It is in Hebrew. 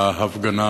בהפגנה